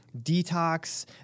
detox